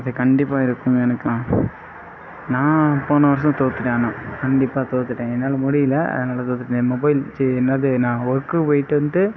அது கண்டிப்பாக இருக்கும் எனக்குலாம் நான் போன வருஷம் தோற்றுட்டேன் ஆனால் கண்டிப்பாக தோற்றுட்டேன் என்னால் முடியலை அதனால் தோற்றுட்டேன் என் மொபைல் சி என்னது நான் ஒர்க்குக்கு போய்ட்டு வந்துட்டு